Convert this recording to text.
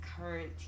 current